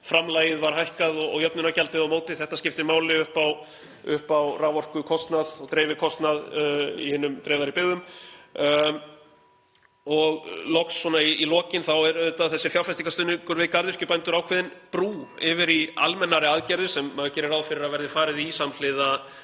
var hækkað og jöfnunargjaldið á móti. Þetta skiptir máli upp á raforkukostnað og dreifikostnað í hinum dreifðari byggðum. Svona í lokin þá er auðvitað þessi fjárfestingarstuðningur við garðyrkjubændur ákveðin brú (Forseti hringir.) yfir í almennari aðgerðir sem maður gerir ráð fyrir að verði farið í samhliða